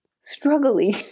struggling